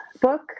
book